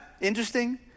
interesting